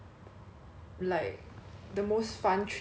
to korea you think or like 还有别的